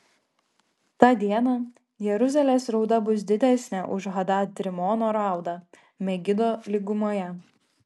tą dieną jeruzalės rauda bus didesnė už hadad rimono raudą megido lygumoje